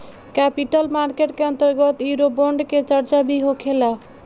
capital market के अंतर्गत eurobond के चार्चा भी होखेला